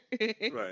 Right